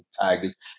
Tigers